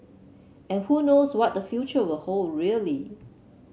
and who knows what the future will hold really